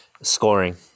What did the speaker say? scoring